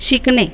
शिकणे